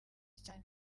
cyane